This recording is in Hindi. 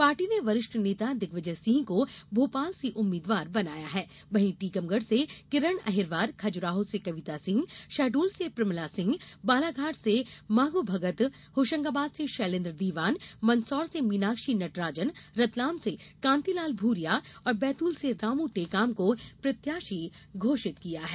पार्टी ने वरिष्ठ नेता दिग्विजय सिंह को भोपाल से उम्मीदवार बनाया है वहीं टीकमगढ़ से किरण अहिरवार खजुराहो से कविता सिंह शहडोल से प्रमिला सिंह बालाघाट से माधोभगत होशंगाबाद से शैलेंद्र दीवान मंदसौर से मीनाक्षी नटराजन रतलाम से कांतिलाल भूरिया और बैतूल से रामू टेकाम को प्रत्याशी घोषित किया है